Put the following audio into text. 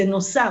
זה בנוסף,